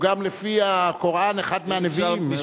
גם לפי הקוראן הוא אחד מהנביאים.